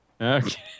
Okay